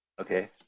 Okay